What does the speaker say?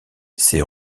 ses